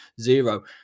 zero